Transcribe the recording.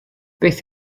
beth